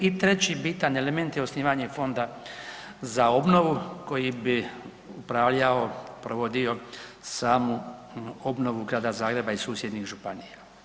I treći bitan element je osnivanje Fonda za obnovu koji bi upravljao i provodio samu obnovu Grada Zagreba i susjednih županija.